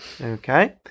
Okay